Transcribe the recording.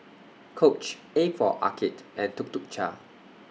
Coach A For Arcade and Tuk Tuk Cha